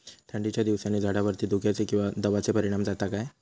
थंडीच्या दिवसानी झाडावरती धुक्याचे किंवा दवाचो परिणाम जाता काय?